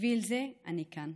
ובשביל זה אני כאן.